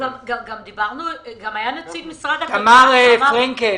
בדיון הקודם אמר נציג משרד הכלכלה